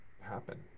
happen